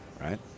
right